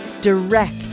direct